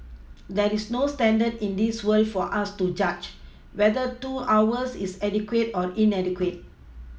there is no standards in this world for us to judge whether two hours is adequate or inadequate